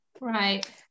right